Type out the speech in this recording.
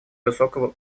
высокого